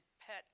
pet